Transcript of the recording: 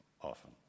often